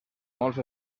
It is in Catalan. molts